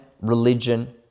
religion